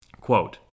Quote